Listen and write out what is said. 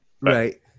Right